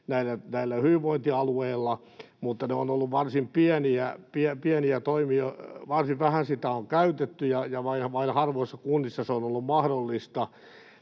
hyvinvointialueilla, mutta ne ovat olleet varsin pieniä toimia, varsin vähän sitä on käytetty ja vain harvoissa kunnissa se on ollut mahdollista.